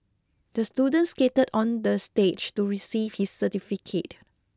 the student skated on the stage to receive his certificate